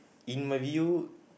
in my view